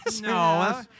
No